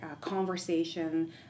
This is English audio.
conversation